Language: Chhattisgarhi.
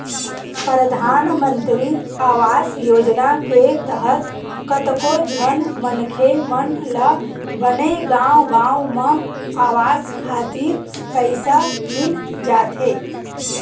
परधानमंतरी आवास योजना के तहत कतको झन मनखे मन ल बने गांव गांव म अवास खातिर पइसा मिल जाथे